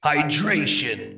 Hydration